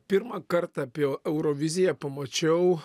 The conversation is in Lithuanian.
pirmą kartą apie euroviziją pamačiau